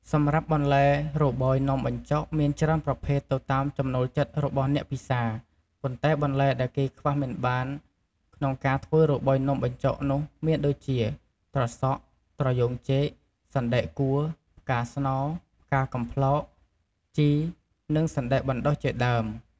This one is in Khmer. សម្រាប់បន្លែរបោយនំបញ្ចុកមានច្រើនប្រភេទទៅតាមចំណូលចិត្តរបស់អ្នកពិសា ប៉ុន្តែបន្លែដែលគេខ្វះមិនបានក្នុងការធ្វើរបោយនំបញ្ចុកនោះមានដូចជា ត្រសក់ ត្រយ៉ូងចេក សណ្តែកគួរ ផ្កាស្នោរ ផ្កាកំប្លោក ជី និងសណ្តែកបណ្តុះជាដើម។